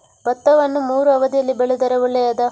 ಭತ್ತವನ್ನು ಮೂರೂ ಅವಧಿಯಲ್ಲಿ ಬೆಳೆದರೆ ಒಳ್ಳೆಯದಾ?